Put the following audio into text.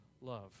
love